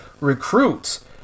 recruits